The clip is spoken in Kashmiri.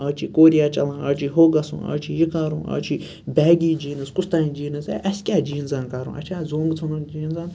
آز چھُے کوریا چَلان آز چُھے ہہُ گَژھُن آز چھُے یہِ کَرُن آز چھُے بیگی جیٖنٕز کُستانۍ جیٖنٕز ہے اَسہِ کیاہ جیٖنزَن کَرُن اَسہِ چھا زوٚنٛگ ژھٕنُن جیٖنزَن